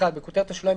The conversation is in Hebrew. (1)בכותרת השוליים,